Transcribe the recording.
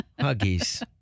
huggies